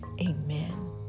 Amen